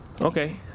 Okay